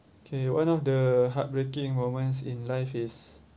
okay one of the heartbreaking moments in life is